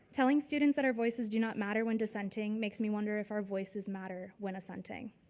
telling students that our voices do not matter when dissenting makes me wonder if our voices matter when assenting.